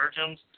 virgins